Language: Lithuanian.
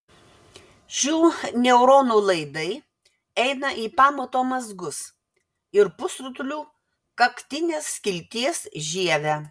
šių neuronų laidai eina į pamato mazgus ir pusrutulių kaktinės skilties žievę